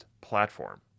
platform